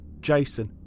Jason